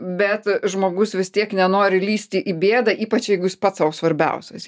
bet žmogus vis tiek nenori lįsti į bėdą ypač jeigu jis pats svarbiausias